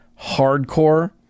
hardcore